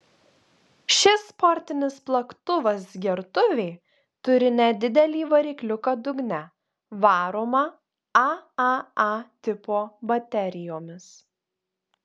šis sportinis plaktuvas gertuvė turi nedidelį varikliuką dugne varomą aaa tipo baterijomis